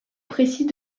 précise